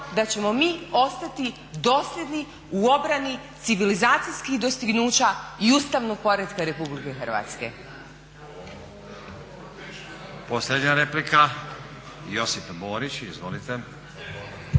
da ćemo mi ostati dosljedni u obrani civilizacijskih dostignuća i ustavnog poretka RH.